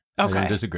Okay